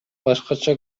башкача